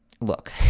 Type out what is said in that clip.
look